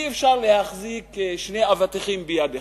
אי-אפשר להחזיק שני אבטיחים ביד אחת.